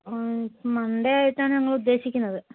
മണ്ടേ ആയിട്ടാണ് ഞങ്ങൾ ഉദ്ദേശിക്കുന്നത്